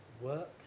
work